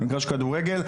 במגרש כדורגל,